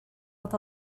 with